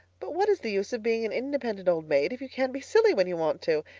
but what is the use of being an independent old maid if you can't be silly when you want to,